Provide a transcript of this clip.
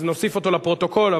אז נוסיף אותו לפרוטוקול,